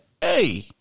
Hey